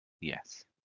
Yes